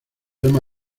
lema